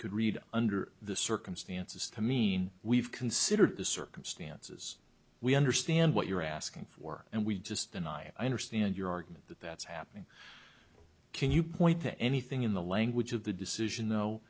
could read under the circumstances to mean we've considered the circumstances we understand what you're asking for and we just deny i understand your argument that that's happening can you point to anything in the language of the decision though